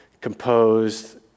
composed